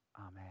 Amen